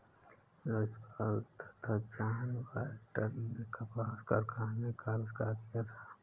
Lewis Paul तथा John Wyatt ने कपास कारखाने का आविष्कार किया था